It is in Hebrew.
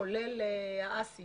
כולל האסי